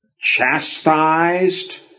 chastised